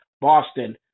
Boston